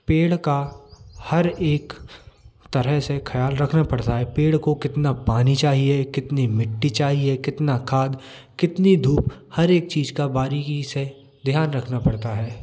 पेड़ का हर एक तरह से खयाल रखना पड़ता है पेड़ को कितना पानी चाहिए कितनी मिट्टी चाहिए कितना खाद कितनी धूप हर एक चीज़ का बारीकी से ध्यान रखना पड़ता है